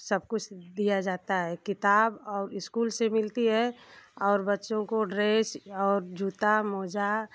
सब कुछ दिया जाता है किताब और स्कूल से मिलती है और बच्चों को ड्रेस और जूता मोजा